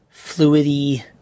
fluidy